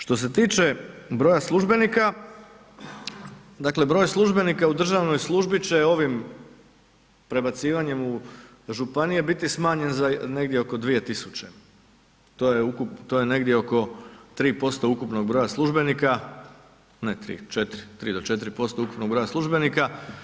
Što se tiče broja službenika, dakle broj službenika u državnoj službi će ovim prebacivanjem u županije biti smanjen za negdje oko dvije tisuće, to je negdje oko 3% ukupnog broja službenika, ne 3, 4, 3 do 4% ukupnog broja službenika.